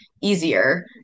easier